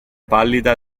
pallida